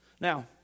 Now